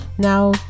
now